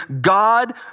God